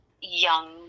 young